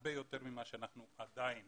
הרבה יותר ממה שאנחנו עדיין